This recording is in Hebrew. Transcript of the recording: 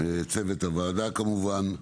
צוות הוועדה כמובן.